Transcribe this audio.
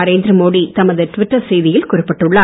நரேந்திர மோடி தமது டுவிட்டர் செய்தியில் குறிப்பிட்டுள்ளார்